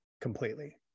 completely